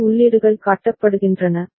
K உள்ளீடுகள் காட்டப்படுகின்றன